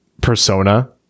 persona